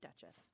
Duchess